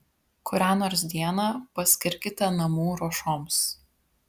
kurią nors dieną paskirkite namų ruošoms